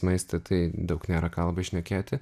maistą tai daug nėra ką labai šnekėti